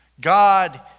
God